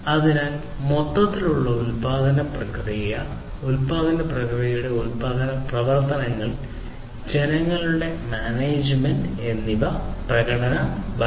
അതിനാൽ മൊത്തത്തിലുള്ള ഉൽപാദന പ്രക്രിയ മൊത്തത്തിലുള്ള ഉൽപാദന പ്രക്രിയയുടെ ഉൽപാദന പ്രവർത്തനങ്ങൾ ജനങ്ങളുടെ മാനേജ്മെന്റ് പ്രകടന ഭരണം